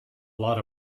lot